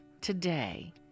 today